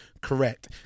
correct